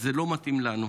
זה לא מתאים לנו.